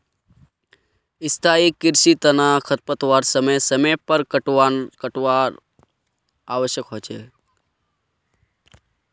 स्थाई कृषिर तना खरपतवारक समय समय पर काटवार आवश्यक छोक